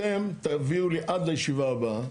אתם תביאו לי עד לישיבה הבאה,